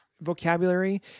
vocabulary